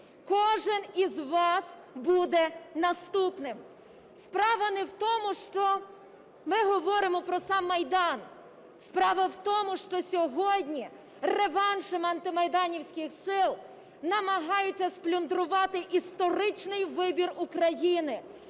кожен із вас буде наступним. Справа не в тому, що ми говоримо про сам Майдан. Справа в тому, що сьогодні реваншем антимайданівських сил намагаються сплюндрувати історичний вибір України,